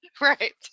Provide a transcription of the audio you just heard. Right